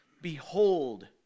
Behold